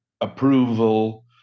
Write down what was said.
approval